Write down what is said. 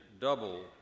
double